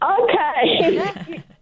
Okay